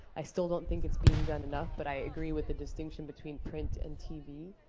i still don't think it's being done enough, but i agree with the distinction between print and tv.